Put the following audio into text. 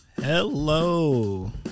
Hello